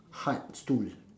hard stools